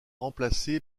remplacé